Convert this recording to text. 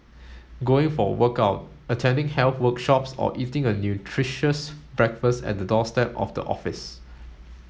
going for a workout attending health workshops or eating a nutritious breakfast at the doorstep of the office